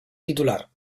titular